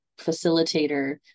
facilitator